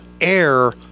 air